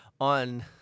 on